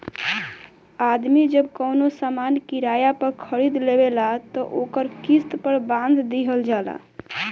आदमी जब कवनो सामान किराया पर खरीद लेवेला त ओकर किस्त पर बांध दिहल जाला